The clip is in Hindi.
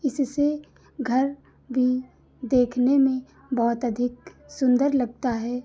इससे घर भी देखने में बहुत अधिक सुन्दर लगता है